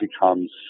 becomes